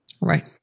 Right